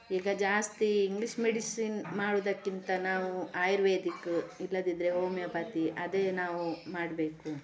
ಈಗ ಜಾಸ್ತಿ English medicine ಮಾಡೋದಕ್ಕಿಂತ ನಾವು ಆಯುರ್ವೇದಿಕ್ ಇಲ್ಲದಿದ್ದರೆ ಹೋಮಿಯೋಪತಿ ಅದೇ ನಾವು ಮಾಡಬೇಕು